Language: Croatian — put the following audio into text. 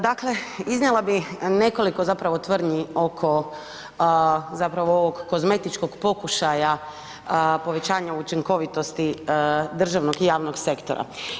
Dakle, iznijela bih nekoliko zapravo tvrdnji oko zapravo ovog kozmetičkog pokušaja povećanja učinkovitosti državnog i javnog sektora.